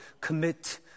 commit